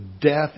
death